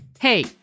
Hey